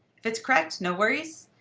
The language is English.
if it's correct, no worries.